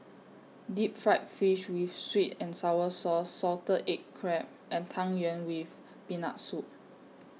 Deep Fried Fish with Sweet and Sour Sauce Salted Egg Crab and Tang Yuen with Peanut Soup